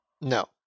No